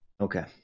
okay